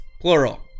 plural